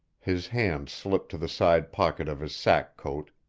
his hand slipped to the side pocket of his sack coat,